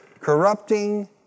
corrupting